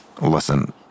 Listen